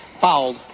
fouled